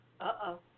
Uh-oh